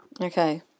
Okay